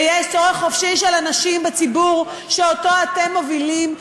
ויש צורך חופשי של אנשים בציבור שאתם מובילים,